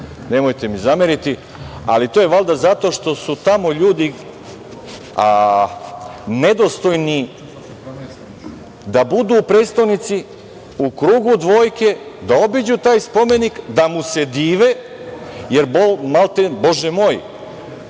nemojte mi zameriti. To je valjda zato što su tamo ljudi nedostojni da budu u prestonici, u krugu dvojke, da obiđu taj spomenik, da mu se dive, jer Bože moj,